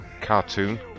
cartoon